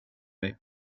dig